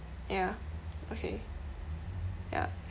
ya okay ya